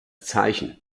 zeichen